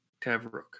Tavrook